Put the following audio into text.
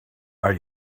are